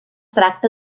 tracta